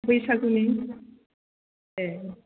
बैसागुनि ए